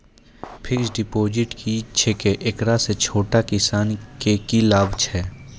Fixed deposit की छिकै, एकरा से छोटो किसानों के की लाभ छै?